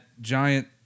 giant